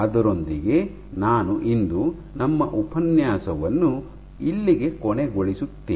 ಅದರೊಂದಿಗೆ ನಾನು ಇಂದು ನಮ್ಮ ಉಪನ್ಯಾಸವನ್ನು ಇಲ್ಲಿಗೆ ಕೊನೆಗೊಳಿಸುತ್ತೇನೆ